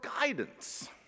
guidance